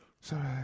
Sorry